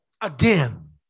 again